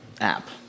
app